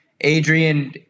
Adrian